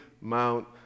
mount